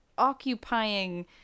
occupying